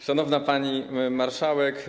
Szanowna Pani Marszałek!